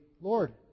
Lord